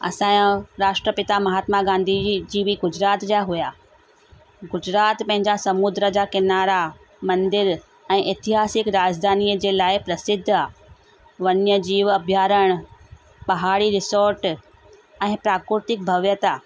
असांजो राष्ट्रपिता महात्मा गांधी जी बि गुजरात जा हुआ गुजरात में पंहिंजा समुद्र जा किनारा मंदर ऐं एतिहासिक राजधानी जे लाइ प्रसिद्ध आहे वन्यजीव अभियारण पहाड़ी रिसोर्ट ऐं प्राकृतिक भव्यता